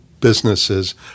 businesses